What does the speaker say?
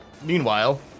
Meanwhile